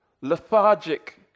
lethargic